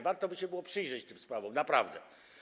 Warto by się było przyjrzeć tym sprawom, naprawdę.